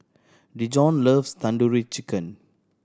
Dejon loves Tandoori Chicken